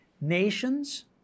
nations